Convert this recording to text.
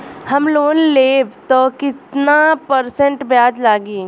हम लोन लेब त कितना परसेंट ब्याज लागी?